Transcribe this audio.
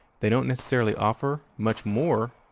they don't necessarily offer much more,